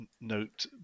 note